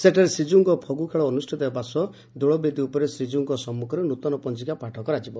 ସେଠାରେ ଶ୍ରୀକୀଉଙ୍କ ଫଗୁ ଖେଳ ଅନୁଷିତ ହେବା ସହ ଦୋଳବେଦୀ ଉପରେ ଶ୍ରୀକୀଉଙ୍କ ସମ୍ମୁଖରେ ନୃତନ ପଞିକା ପାଠ କରାଯିବ